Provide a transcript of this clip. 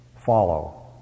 Follow